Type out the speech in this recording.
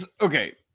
okay